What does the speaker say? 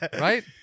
Right